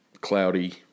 cloudy